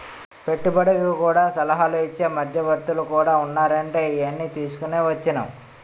పెట్టుబడికి సలహాలు ఇచ్చే మధ్యవర్తులు కూడా ఉన్నారంటే ఈయన్ని తీసుకుని వచ్చేను